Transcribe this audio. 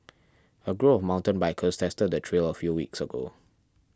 a group of mountain bikers tested the trail a few weeks ago